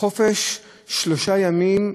של שלושה ימים בשנה,